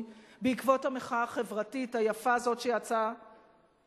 בעקבות המחאה החברתית היפה הזאת שיצאה